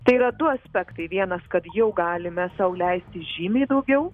tai yra du aspektai vienas kad jau galime sau leisti žymiai daugiau